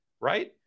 right